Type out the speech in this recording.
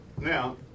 Now